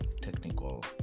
technical